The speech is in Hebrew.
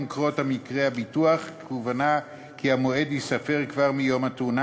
קרות מקרה הביטוח כוונה כי המועד ייספר כבר מיום התאונה,